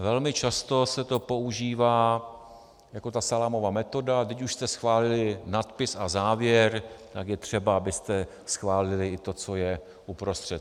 Velmi často se to používá jako salámová metoda: vždyť už jste schválili nadpis a závěr, tak je třeba, abyste schválili i to, co je uprostřed.